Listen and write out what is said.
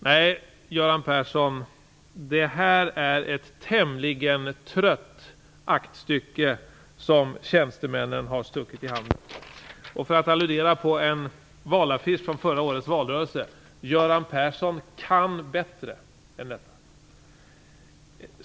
Nej, Göran Persson, det är ett tämligen trött aktstycke som tjänstemännen har stuckit i handen på finansministern. För att alludera på en valaffisch från förra årets valrörelse säger jag: Göran Persson kan bättre än detta!